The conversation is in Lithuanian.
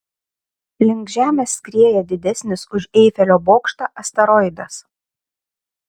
link žemės skrieja didesnis už eifelio bokštą asteroidas